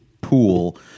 pool